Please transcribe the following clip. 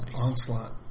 Onslaught